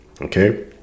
okay